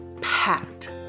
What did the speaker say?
packed